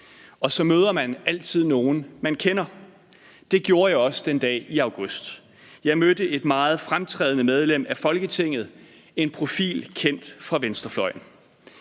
Og så møder man altid nogen, man kender. Det gjorde jeg også den dag i august. Jeg mødte et meget fremtrædende medlem af Folketinget, en profil kendt fra venstrefløjen.